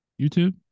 YouTube